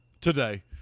today